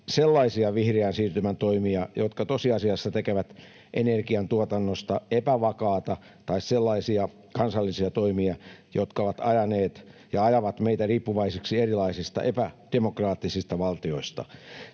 sellaisia vihreän siirtymän toimia, jotka tosiasiassa tekevät energiantuotannosta epävakaata, tai sellaisia kansallisia toimia, jotka ovat ajaneet ja ajavat meitä riippuvaiseksi erilaisista epädemokraattisista valtioista.